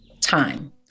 time